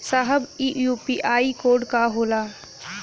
साहब इ UPI code का होला?